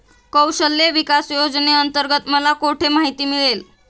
कौशल्य विकास योजनेअंतर्गत मला कुठे माहिती मिळेल?